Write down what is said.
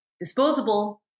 disposable